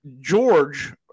George